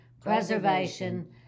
preservation